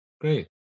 Great